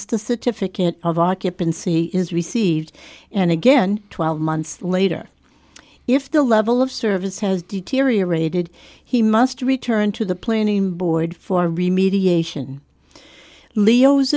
certificate of occupancy is received and again twelve months later if the level of service has deteriorated he must return to the planning board for re mediation leo's